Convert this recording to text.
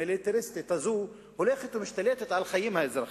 המיליטריסטית הזו הולכת ומשתלטת על החיים האזרחיים.